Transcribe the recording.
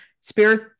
spirit